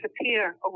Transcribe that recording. appear